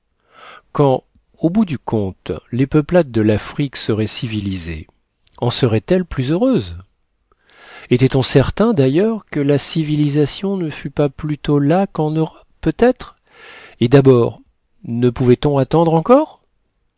quand au bout du compte les peuplades de l'afrique seraient civilisées en seraient-elles plus heureuses était on certain d'ailleurs que la civilisation ne fût pas plutôt là qu'en europe peut être et d'abord ne pouvait-on attendre encore